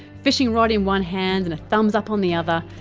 fishing rod in one hand, and a thumbs up on the other.